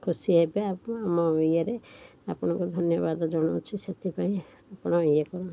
ଖୁସି ହେବେ ଆମ ଇଏରେ ଆପଣଙ୍କୁ ଧନ୍ୟବାଦ ଜଣଉଛି ସେଥିପାଇଁ ଆପଣ ଇଏ କରନ୍ତୁ